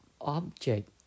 object